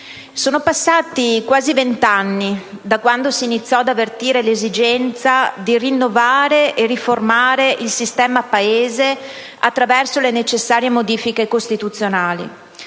sono passati quasi vent'anni da quando si iniziò ad avvertire l'esigenza di rinnovare e riformare il sistema Paese attraverso le necessarie modifiche costituzionali: